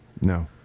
No